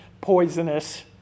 poisonous